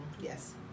Yes